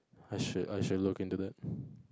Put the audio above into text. I should I should look into that